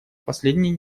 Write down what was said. последний